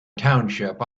township